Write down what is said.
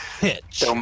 pitch